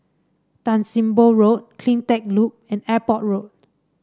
Tan Sim Boh Road CleanTech Loop and Airport Road